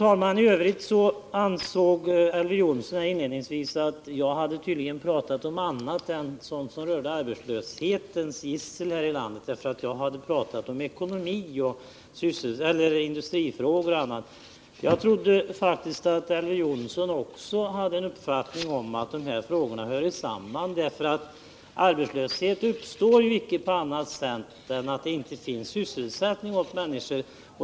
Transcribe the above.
Elver Jonsson ansåg inledningsvis att jag hade pratat om annat än sådant som rörde arbetslöshetens gissel här i landet, därför att jag hade pratat om ekonomi, industrifrågor och annat. Jag trodde faktiskt att Elver Jonsson också hade den uppfattningen att de här frågorna hör samman. Arbetslöshet uppstår ju icke på annat sätt än genom att det icke finns sysselsättning åt människor.